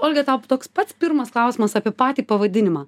olga tau toks pats pirmas klausimas apie patį pavadinimą